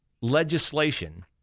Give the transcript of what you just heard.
legislation